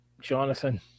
Jonathan